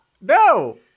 no